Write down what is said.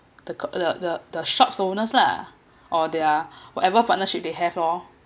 the the the the shop's owners lah or their whatever partnership they have lor